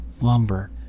lumber